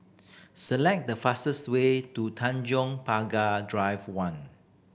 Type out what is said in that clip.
select the fastest way to Tanjong Pagar Drive One